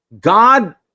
God